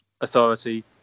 authority